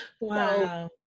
wow